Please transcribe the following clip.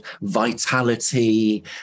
Vitality